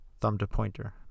thumb-to-pointer